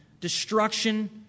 destruction